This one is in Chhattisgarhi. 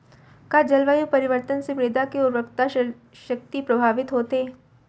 का जलवायु परिवर्तन से मृदा के उर्वरकता शक्ति प्रभावित होथे?